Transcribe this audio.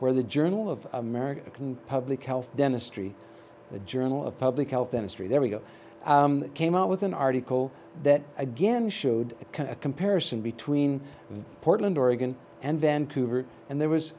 where the journal of american public health dentistry the journal of public health industry there we go came out with an article that again showed a comparison between portland oregon and vancouver and there was